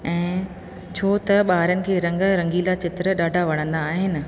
ऐं छो त ॿारनि खे रंग रंगीला चित्र ॾाढा वणंदा आहिनि